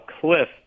cliff